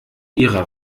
ihrer